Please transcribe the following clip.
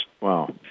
Wow